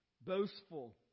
boastful